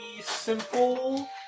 simple